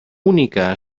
única